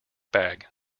bag